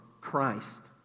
Christ